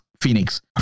Phoenix